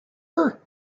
were